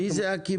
מי זה הקמעונאי?